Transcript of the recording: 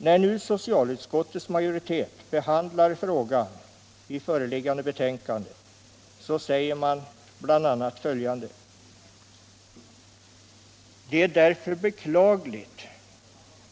På s. 7 i föreliggande betänkande skriver socialutskottets majoritet bl.a. följande: ”Det är därför beklagligt